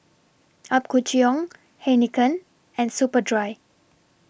Apgujeong Heinekein and Superdry